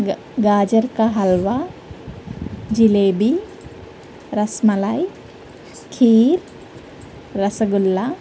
గాజర్కా halwa jalebi rasmalai kheer rasgulla